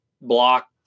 block